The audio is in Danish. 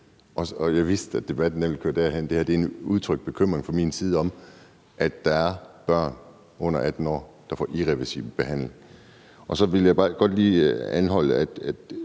Og jeg vidste, at debatten ville køre derhen. Det her er en udtrykt bekymring fra min side for, at der er børn under 18 år, der får irreversibel behandling. Så vil jeg godt lige anholde